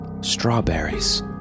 Strawberries